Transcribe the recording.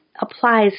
applies